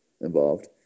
involved